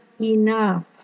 enough